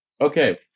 Okay